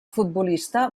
futbolista